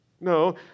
No